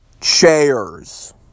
chairs